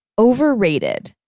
overrated?